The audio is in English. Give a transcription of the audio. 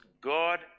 God